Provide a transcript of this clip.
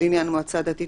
לעניין מועצה דתית,